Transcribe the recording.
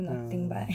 mm